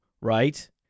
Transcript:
right